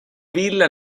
villa